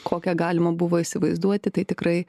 kokią galima buvo įsivaizduoti tai tikrai